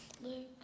Luke